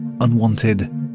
unwanted